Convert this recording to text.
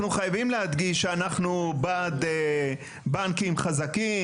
אנחנו חייבים להדגיש שאנחנו בעד בנקים חזקים